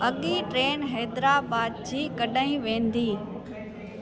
अॻिए ट्रेन हैदराबाद जी कॾहिं वेंदी